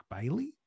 Bailey